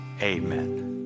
Amen